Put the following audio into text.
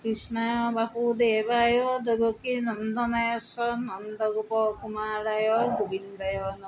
কৃষ্ণা বাপুদেৱায় দৈপকি নন্দনায়চন নন্দগোপ কুমাৰ দায় গোবিন্দায় ন